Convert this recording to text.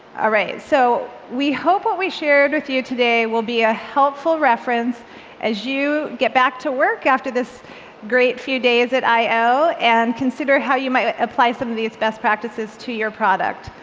ah so we hope what we shared with you today will be a helpful reference as you get back to work after this great few days at i o, and consider how you might apply some of these best practices to your product.